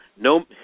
No